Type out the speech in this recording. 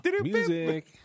Music